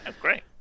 Great